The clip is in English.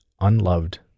unloved